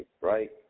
right